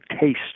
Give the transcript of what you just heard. taste